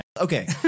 Okay